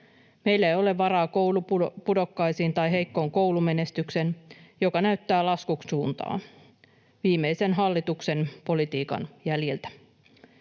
Meillä ei ole varaa koulupudokkaisiin tai heikkoon koulumenestykseen, joka näyttää laskusuuntaa viimeisen hallituksen politiikan jäljiltä.